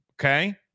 Okay